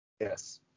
Yes